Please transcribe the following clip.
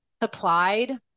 applied